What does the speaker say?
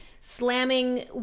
slamming